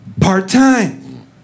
part-time